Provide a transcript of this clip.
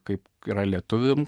kaip yra lietuviam